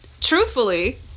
truthfully